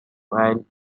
while